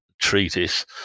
treatise